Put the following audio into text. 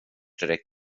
direkt